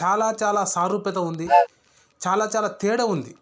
చాలా చాలా సారూప్యత ఉంది చాలా చాలా తేడా ఉంది